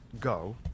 go